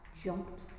jumped